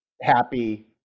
happy